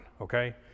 Okay